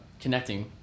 connecting